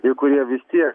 ir kurie vis tiek